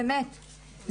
באמת,